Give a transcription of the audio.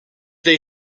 they